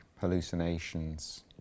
hallucinations